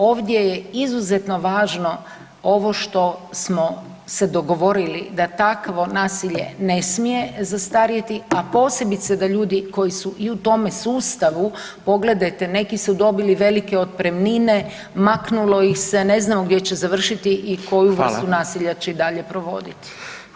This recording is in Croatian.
Ovdje je izuzetno važno ovo što smo se dogovorili da takvo nasilje ne smije zastarjeti, a posebice da ljudi koji su i u tome sustavu, pogledajte neki su dobili velike otpremnine, maknulo ih se, ne znamo gdje će završiti [[Upadica: Hvala.]] i koju vrstu nasilja će i dalje provoditi.